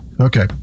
okay